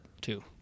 two